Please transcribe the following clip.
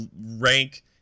rank